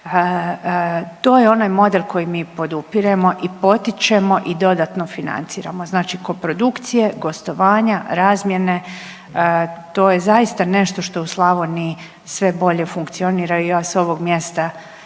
to je onaj model koji mi podupiremo i potičemo i dodatno financiramo. Znači koprodukcije, gostovanja, razmjene, to je zaista nešto što u Slavoniji sve bolje funkcionira i ja s ovog mjesta imam